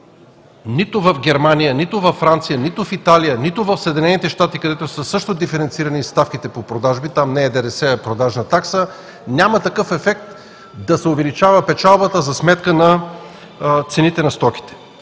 нито в Германия, нито във Франция, нито в Италия, нито в Съединените щати, където ставките по продажби също са диференцирани, там не е ДДС, а е продажна такса – няма такъв ефект да се увеличава печалбата за сметка на цените на стоките.